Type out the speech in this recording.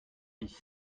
bis